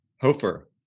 Hofer